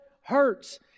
hurts